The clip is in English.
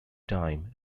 time